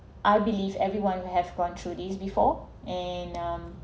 I believe everyone have gone through these before and um